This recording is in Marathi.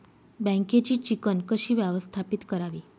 बँकेची चिकण कशी व्यवस्थापित करावी?